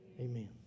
Amen